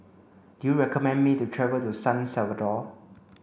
do you recommend me to travel to San Salvador